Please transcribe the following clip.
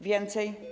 Więcej?